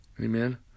Amen